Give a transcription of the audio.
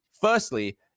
firstly